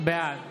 בעד